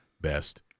Best